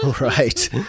Right